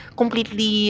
completely